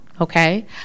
okay